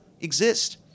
exist